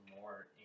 more